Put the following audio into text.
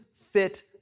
fit